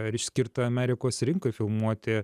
ar išskirta amerikos rinkoj filmuoti